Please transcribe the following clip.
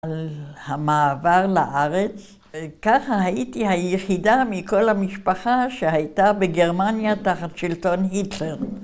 על המעבר לארץ. ככה הייתי היחידה מכל המשפחה שהייתה בגרמניה תחת שלטון היטלר.